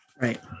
right